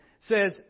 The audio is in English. says